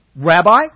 Rabbi